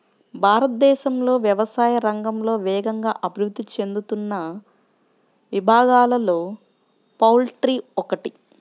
భారతదేశంలో వ్యవసాయ రంగంలో వేగంగా అభివృద్ధి చెందుతున్న విభాగాలలో పౌల్ట్రీ ఒకటి